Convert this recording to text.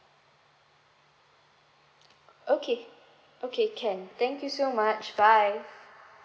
okay okay can thank you so much bye